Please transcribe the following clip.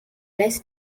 less